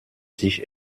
sich